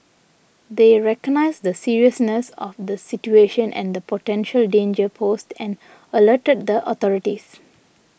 they recognised the seriousness of the situation and the potential danger posed and alerted the authorities